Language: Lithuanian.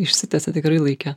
išsitęsia tikrai laike